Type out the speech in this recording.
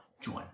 join